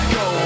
go